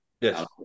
Yes